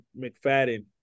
McFadden